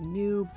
new